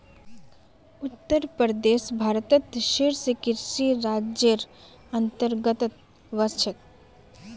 उत्तर प्रदेश भारतत शीर्ष कृषि राज्जेर अंतर्गतत वश छेक